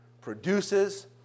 produces